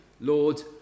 Lord